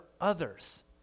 others